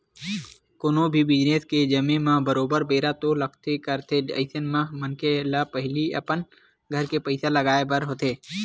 कोनो भी बिजनेस के जमें म बरोबर बेरा तो लगबे करथे अइसन म मनखे ल पहिली अपन घर के पइसा लगाय बर होथे